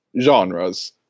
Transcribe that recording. genres